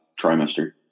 trimester